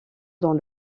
dans